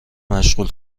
مشغول